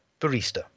Barista